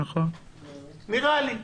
נראה לי.